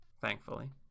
Thankfully